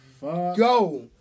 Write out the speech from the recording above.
go